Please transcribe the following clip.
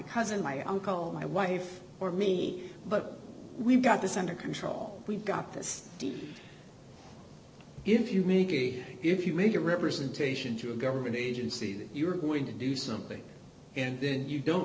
cousin my uncle my wife or me but we've got this under control we've got this deal if you make if you make a representation to a government agency you're going to do something and then you don't